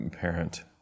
parent